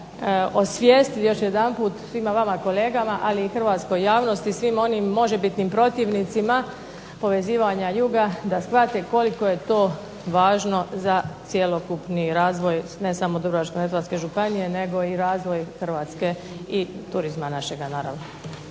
osvijestili još jedanput svima vama kolegama, ali i hrvatskoj javnosti, svima onim možebitnim protivnicima povezivanja juga da shvate koliko je to važno za cjelokupni razvoj ne samo Dubrovačko-neretvanske županije, nego i razvoj Hrvatske i turizma našega naravno.